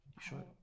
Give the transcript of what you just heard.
sure